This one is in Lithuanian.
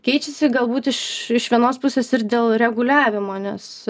keičiasi galbūt iš iš vienos pusės ir dėl reguliavimo nes